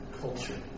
culture